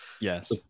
Yes